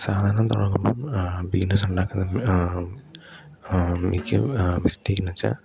സാധാരണ തുടങ്ങുമ്പം ബീനസ് ഉണ്ടാക്കുന്ന മിക്ക മിസ്റ്റേക്കെന്നുവെച്ചാ